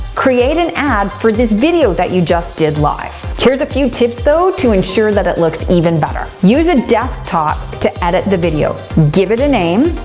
create an ad for this video that you just did live. here's a few tips though, to ensure that it looks even better. use a desktop to edit the video, give it a name,